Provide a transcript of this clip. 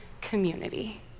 community